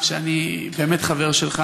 אני לא מבין למה.